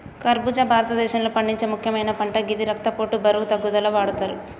ఖర్బుజా భారతదేశంలో పండించే ముక్యమైన పంట గిది రక్తపోటు, బరువు తగ్గుదలకు వాడతరు